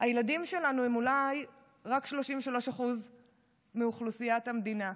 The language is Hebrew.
הילדים שלנו הם אולי רק 33% מאוכלוסיית המדינה,